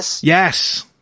yes